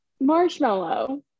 marshmallow